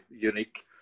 unique